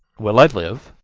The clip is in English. will i live?